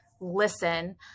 listen